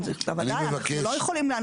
אנחנו לא יכולים,